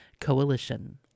Coalition